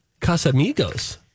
Casamigos